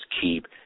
keep